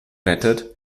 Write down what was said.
rettet